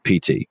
PT